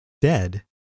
dead